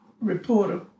reporter